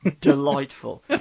delightful